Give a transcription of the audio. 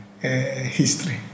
history